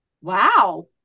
Wow